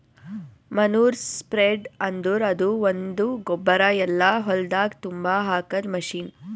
manure spreader ಅಂದುರ್ ಅದು ಒಂದು ಗೊಬ್ಬರ ಎಲ್ಲಾ ಹೊಲ್ದಾಗ್ ತುಂಬಾ ಹಾಕದ್ ಮಷೀನ್